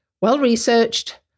well-researched